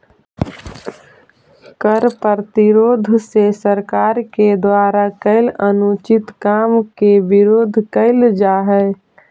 कर प्रतिरोध से सरकार के द्वारा कैल अनुचित काम के विरोध कैल जा हई